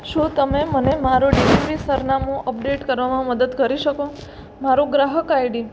શું તમે મને મારું ડિલિવરી સરનામું અપડેટ કરવામાં મદદ કરી શકો મારું ગ્રાહક આઈડી